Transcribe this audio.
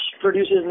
produces